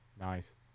nice